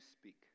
speak